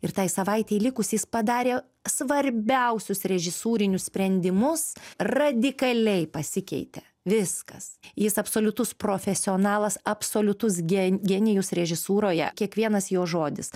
ir tai savaitei likus jis padarė svarbiausius režisūrinius sprendimus radikaliai pasikeitė viskas jis absoliutus profesionalas absoliutus gen genijus režisūroje kiekvienas jo žodis